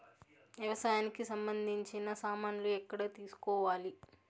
వ్యవసాయానికి సంబంధించిన సామాన్లు ఎక్కడ తీసుకోవాలి?